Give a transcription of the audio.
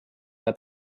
ole